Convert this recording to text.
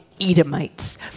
Edomites